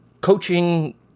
coaching